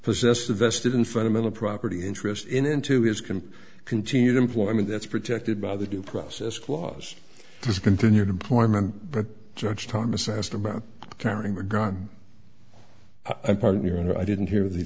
possessed a vested in fundamental property interest in into his can continue to employ me that's protected by the due process clause discontinued employment but judge thomas asked about carrying a gun and partner and i didn't hear the